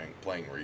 playing